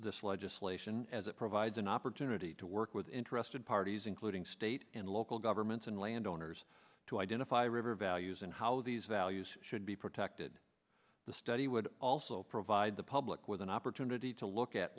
this legislation as it provides an opportunity to work with interested parties including state and local governments and landowners to identify river values and how these values should be protected the study would also provide the public with an opportunity to look at